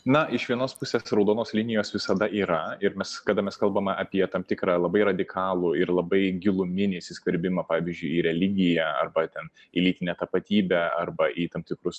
na iš vienos pusės raudonos linijos visada yra ir mes kada mes kalbame apie tam tikrą labai radikalų ir labai giluminį įsiskverbimą pavyzdžiui į religiją arba ten į lytinę tapatybę arba į tam tikrus